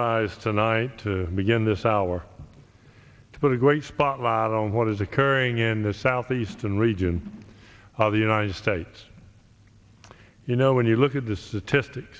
rise tonight to begin this hour to put a great spot on what is occurring in the southeastern region of the united states you know when you look at this test ix